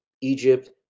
Egypt